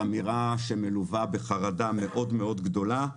אמירה שמלווה בחרדה מאוד מאוד גדולה.